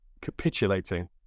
capitulating